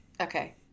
Okay